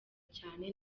cyane